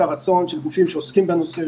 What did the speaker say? יש רצון של גופים שעוסקים לנושא,